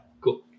Cool